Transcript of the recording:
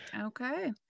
okay